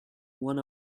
one